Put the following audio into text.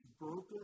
broken